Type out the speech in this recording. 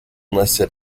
listed